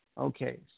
Okay